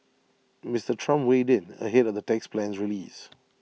Mister Trump weighed in ahead of the tax plan's release